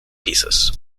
pisos